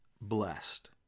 blessed